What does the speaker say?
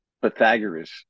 Pythagoras